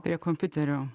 prie kompiuterio